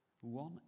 One